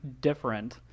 different